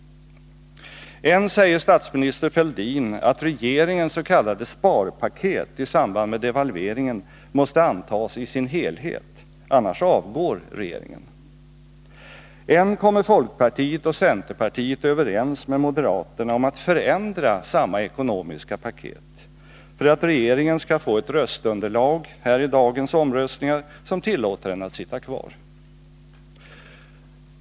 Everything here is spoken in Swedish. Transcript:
Än säger statsminister Fälldin att regeringens s.k. sparpaket i samband med devalveringen måste antas i sin helhet, annars avgår regeringen. Än kommer folkpartiet och centerpartiet överens med moderaterna om att förändra samma ekonomiska paket för att regeringen skall få ett röstunderlag här vid dagens omröstningar, som tillåter den att sitta kvar.